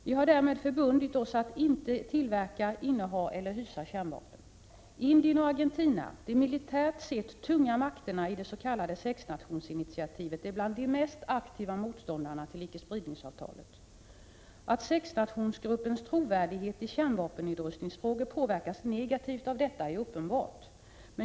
Vi har därmed förbundit oss att inte tillverka, inneha eller hysa kärnvapen. Indien och Argentina, de militärt sett tunga makterna i dets.k. sexnationsinitiativet, är bland de mest aktiva motståndarna till icke-spridningsavtalet. Det är uppenbart att sexnationsgruppens trovärdighet i kärnvapennedrustningsfrågor påverkas negativt av detta.